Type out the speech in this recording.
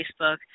Facebook